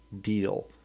deal